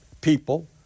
people